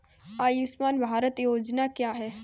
आयुष्मान भारत योजना क्या है?